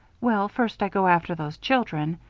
well, first i go after those children.